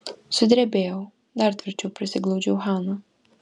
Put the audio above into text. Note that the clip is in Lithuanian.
sudrebėjau dar tvirčiau prisiglaudžiau haną